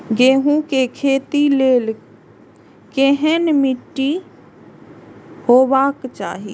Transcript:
गेहूं के खेतीक लेल केहन मीट्टी हेबाक चाही?